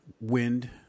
wind